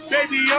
Baby